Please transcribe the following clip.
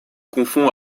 confond